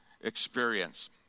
experience